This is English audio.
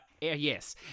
Yes